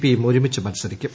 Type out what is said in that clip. പിയും ഒരുമിച്ച് മത്സരിക്കും